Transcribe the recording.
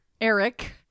Eric